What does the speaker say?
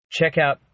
checkout